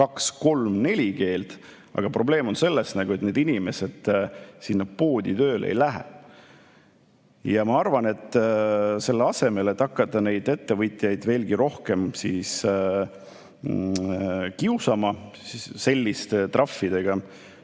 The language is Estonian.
kaht-kolme-nelja keelt, aga probleem on selles, et need inimesed sinna poodi tööle ei lähe. Ma arvan, et selle asemel, et hakata ettevõtjaid veelgi rohkem kiusama selliste trahvidega,